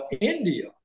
India